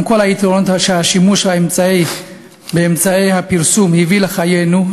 עם כל היתרונות שהשימוש באמצעי הפרסום הביא לחיינו,